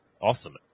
awesome